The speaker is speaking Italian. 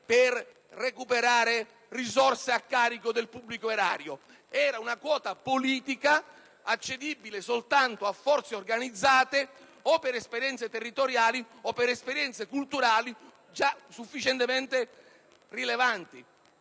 per recuperare risorse a carico del pubblico erario. Era una quota politica cui potevano avere accesso soltanto forze organizzate o per esperienze territoriali o culturali già sufficientemente rilevanti.